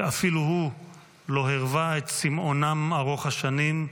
שאפילו הוא לא הרווה את צימאונם ארוך השנים,